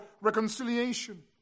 reconciliation